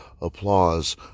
applause